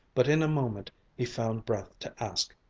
but in a moment he found breath to ask,